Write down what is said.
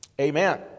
Amen